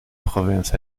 provence